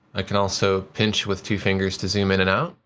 i can also pinch with two fingers to zoom in and out.